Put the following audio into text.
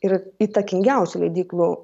ir įtakingiausių leidyklų